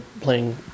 playing